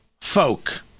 folk